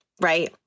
Right